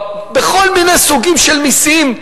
בכל מיני סוגים של מסים,